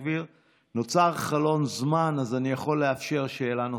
נוצר חלון זמן, אז אני יכול לאפשר שאלה נוספת.